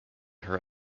her